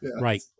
Right